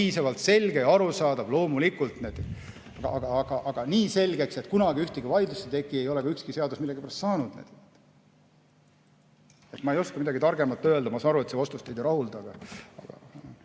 selge ja arusaadav – loomulikult. Aga nii selgeks, et kunagi ühtegi vaidlust ei teki, ei ole ka ükski seadus millegipärast saanud. Ma ei oska midagi targemat öelda. Ma saan aru, et see vastus teid ei rahulda.